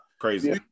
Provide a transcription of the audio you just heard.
Crazy